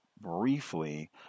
briefly